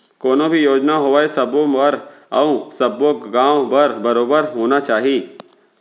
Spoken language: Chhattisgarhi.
कोनो भी योजना होवय सबो बर अउ सब्बो गॉंव बर बरोबर होना चाही